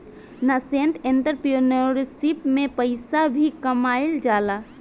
nascent entrepreneurship में पइसा भी कामयिल जाला